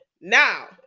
Now